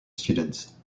students